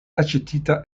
aĉetita